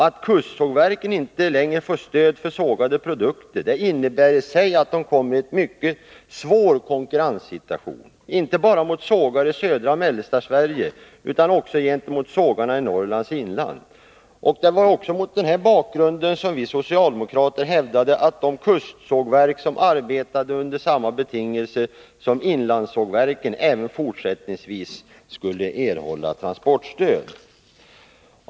Att kustsågverken inte längre får stöd för sågade produkter innebär att de hamnar i en mycket svår konkurrenssituation, inte bara gentemot sågar i södra och mellersta Sverige utan också gentemot sågar i Norrlands inland. Det var mot den bakgrunden som vi socialdemokrater hävdade att de kustsågverk som arbetade under samma betingelser som inlandssågverken även fortsättningsvis skulle erhålla transportstöd.